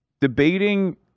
Debating